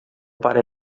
para